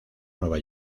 nueva